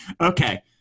Okay